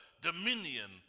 dominion